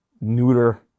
neuter